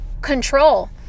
control